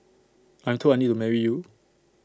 I'm told I need to marry you